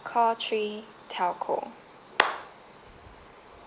call three telco